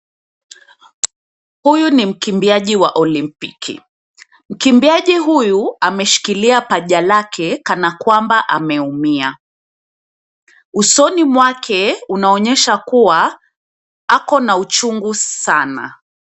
Huyu ni mkimbiaji wa olimpiki, mkimbiaji huyu ameshikilia paja lake kana kwamba ameumia. Usoni mwake unaonyesha kuwa ako na uchungu sana.